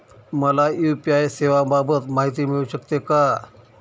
मला यू.पी.आय सेवांबाबत माहिती मिळू शकते का?